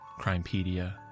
Crimepedia